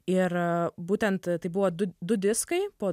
ir būtent tai buvo du du diskai po